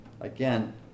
Again